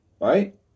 right